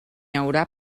haurà